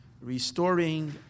restoring